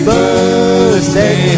Birthday